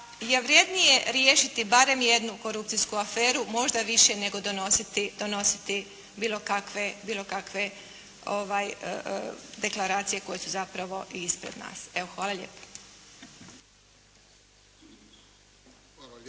je vrednije riješiti barem jednu korupcijsku aferu, možda više nego donositi bilo kave deklaracije koje su zapravo ispred nas. Evo, hvala lijepo.